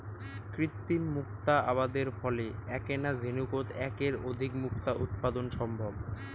কৃত্রিম মুক্তা আবাদের ফলে এ্যাকনা ঝিনুকোত এ্যাকের অধিক মুক্তা উৎপাদন সম্ভব